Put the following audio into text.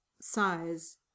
size